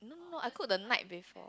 no I cook the night before